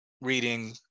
reading